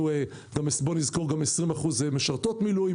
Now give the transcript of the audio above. בואו נזכור שיש לנו 20 אחוזים משרתות במילואים